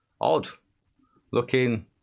odd-looking